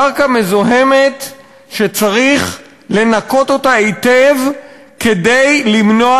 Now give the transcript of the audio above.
קרקע מזוהמת שצריך לנקות אותה היטב כדי למנוע